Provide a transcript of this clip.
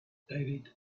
david